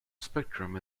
spectrum